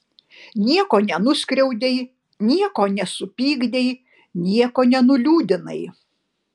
nieko nenuskriaudei nieko nesupykdei nieko nenuliūdinai